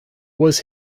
was